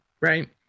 right